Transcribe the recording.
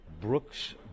brooks